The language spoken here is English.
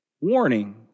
warning